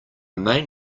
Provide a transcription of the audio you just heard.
main